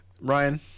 Ryan